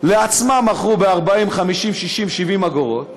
לעצמם מכרו ב-40, 50, 60, 70 אגורות,